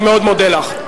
אני מאוד מודה לך.